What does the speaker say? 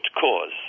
cause